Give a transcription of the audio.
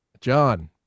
John